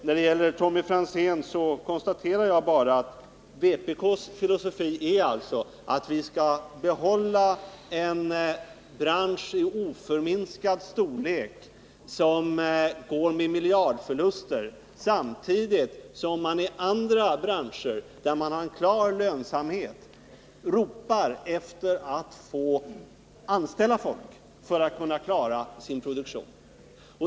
När det gäller Tommy Franzéns inlägg konstaterar jag bara att vpk:s filosofi är alltså att vi skall behålla en bransch i oförminskad storlek som går med miljardförluster, samtidigt som man i andra branscher, där man har en klar lönsamhet, ropar efter att få anställa folk för att kunna klara sin produktion.